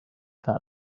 that